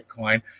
Bitcoin